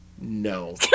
no